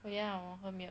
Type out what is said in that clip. well ya hor 喝 milk